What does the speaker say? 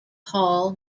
hall